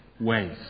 Ways